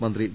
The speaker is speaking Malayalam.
മന്ത്രി വി